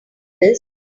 this